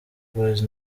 boys